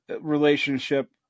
relationship